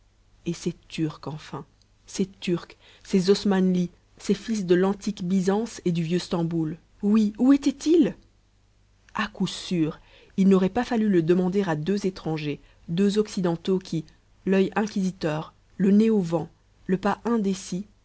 et ces turcs enfin ces turcs ces osmanlis ces fils de l'antique byzance et du vieux stamboul oui où étaient-ils a coup sûr il n'aurait pas fallu le demander à deux étrangers deux occidentaux qui l'oeil inquisiteur le nez au vent le pas indécis